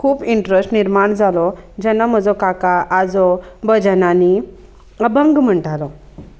खूब इंट्रस्ट निर्माण जालो जेन्ना म्हजो काका आजो भजनांनी अभंग म्हणटालो